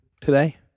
today